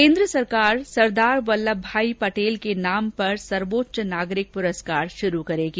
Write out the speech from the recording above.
केन्द्र सरकार सरदार वल्लभभाई पटेल के नाम पर सर्वोच्च नागरिक पुरस्कार शुरू करेगी